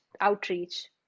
outreach